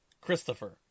Christopher